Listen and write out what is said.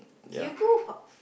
do you go hot f~